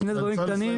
שני דברים קטנים.